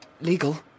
legal